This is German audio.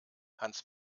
hans